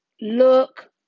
look